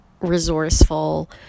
resourceful